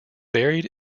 buried